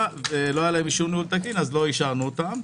ולא היה להם אישור ניהול תקין אז לא אישרנו אותה.